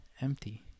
empty